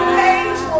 page